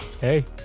hey